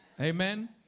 Amen